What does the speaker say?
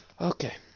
Okay